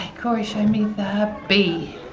corey show me the bee.